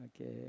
Okay